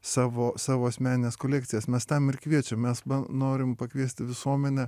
savo savo asmenines kolekcijas mes tam ir kviečiam mes norim pakviesti visuomenę